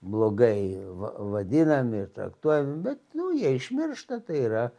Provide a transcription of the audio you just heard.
blogai va vadinami ir traktuojami bet nu jie išmiršta tai yra